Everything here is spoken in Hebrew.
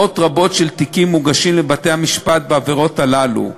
מאות רבות של תיקים מוגשים לבתי-המשפט בעבירות האלה.